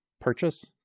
Purchase